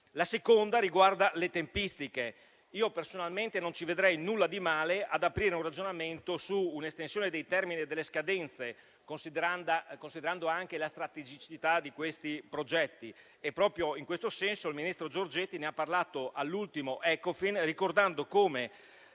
riflessione riguarda le tempistiche. Personalmente, io non vedrei nulla di male ad aprire un ragionamento su un'estensione dei termini e delle scadenze, considerando anche la strategicità di tali progetti. Proprio in questo senso il ministro Giorgetti ha parlato del tema all'ultimo Ecofin, ricordando come,